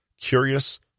curious